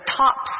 top